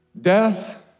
death